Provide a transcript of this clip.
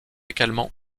également